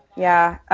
yeah,